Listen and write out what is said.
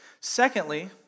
Secondly